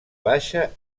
baixa